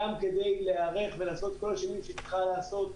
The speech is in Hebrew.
גם כדי להיערך ולעשות את כל השינויים שהיא צריכה לעשות.